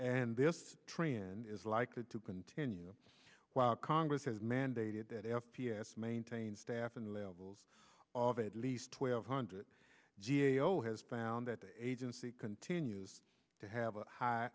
and this trend is likely to continue while congress has mandated that f p s maintain staffing levels of at least twelve hundred g a o has found that the agency continues to have a high